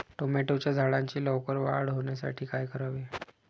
टोमॅटोच्या झाडांची लवकर वाढ होण्यासाठी काय करावे?